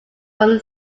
from